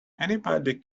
anybody